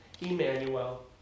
Emmanuel